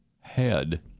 head